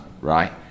right